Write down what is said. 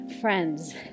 friends